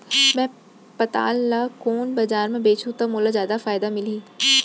मैं पताल ल कोन बजार म बेचहुँ त मोला जादा फायदा मिलही?